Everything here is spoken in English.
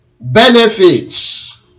Benefits